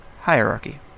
Hierarchy